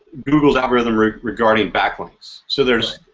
google's algorithm regarding back links. so there's.